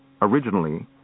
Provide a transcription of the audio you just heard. Originally